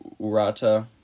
Urata